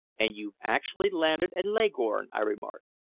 and you've actually landed at leghorn! i remarked.